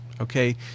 Okay